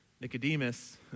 Nicodemus